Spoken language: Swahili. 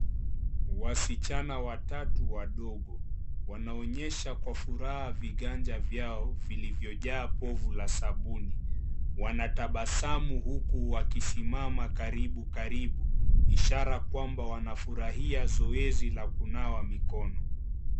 Wasichana watatu wadogo wanaonyesha Kwa furaha viganja vyao vilivyojaa bofu la sabuni. Wanatabasamu wakisimama karibu karibu , ishara kwamba wanafurahia zoezi la kunawa mikono.